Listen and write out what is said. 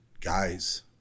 guys